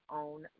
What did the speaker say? own